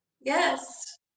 Yes